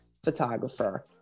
photographer